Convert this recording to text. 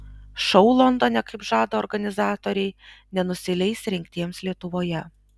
šou londone kaip žada organizatoriai nenusileis rengtiems lietuvoje